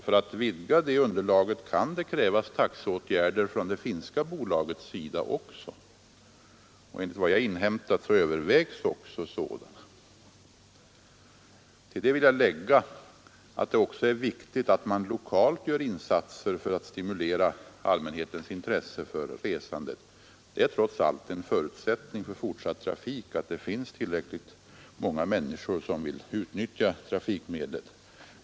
För att vidga det underlaget kan det även krävas taxeåtgärder från det finska bolagets sida. Enligt vad jag inhämtat övervägs också sådana. Till detta vill jag lägga att det även är viktigt att man lokalt gör insatser för att stimulera allmänhetens intresse för resande. En förutsättning för fortsatt trafik är trots allt att det finns tillräckligt många människor som vill utnyttja trafikmedlet.